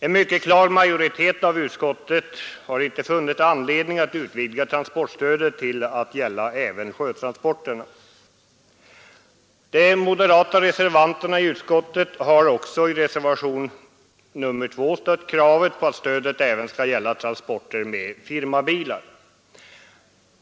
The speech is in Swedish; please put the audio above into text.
En majoritet av utskottet har inte funnit anledning att utvidga transportstödet till att gälla även sjötransporterna. De moderata reservanterna i utskottet har också i reservationen 2 anslutit sig till kravet på att stödet även skall gälla transporter med firmabilar.